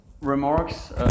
remarks